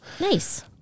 Nice